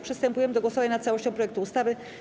Przystępujemy do głosowania nad całością projektu ustawy.